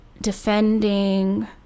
defending